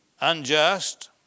unjust